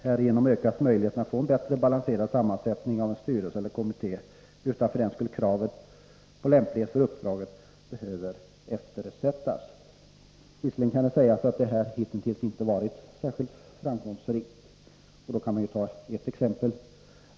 Härigenom ökas möjligheten att få en bättre balanserad sammansättning av en styrelse eller kommitté utan att kravet på lämplighet för uppdraget för den skull behöver eftersättas. Visserligen kan det sägas att systemet hittills inte varit särskilt framgångsrikt. Jag kan ta ett exempel.